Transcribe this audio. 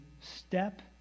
step